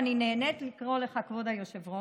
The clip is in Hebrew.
ואני נהנית לקרוא לך כבוד היושב-ראש,